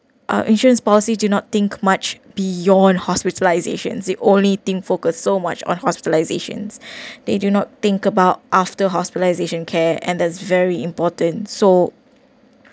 our insurance policy do not think much beyond hospitalisations the only thing focus so much on hospitalisations they do not think about after hospitalisation care and that's very important so